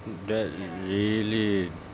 that really